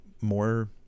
more